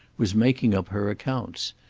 was making up her accounts.